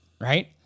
right